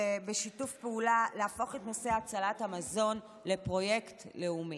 ובשיתוף פעולה להפוך את נושא הצלת המזון לפרויקט לאומי.